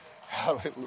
hallelujah